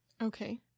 Okay